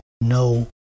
no